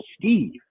steve